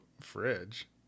Fridge